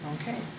Okay